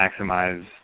maximize